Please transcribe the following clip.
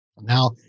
Now